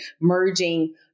merging